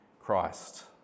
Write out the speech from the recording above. Christ